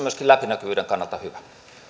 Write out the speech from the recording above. myöskin läpinäkyvyyden kannalta hyvä